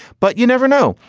but you never know.